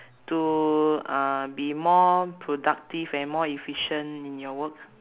to uh be more productive and more efficient in your work